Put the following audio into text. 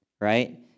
right